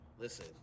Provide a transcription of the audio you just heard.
Listen